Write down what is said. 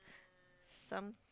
some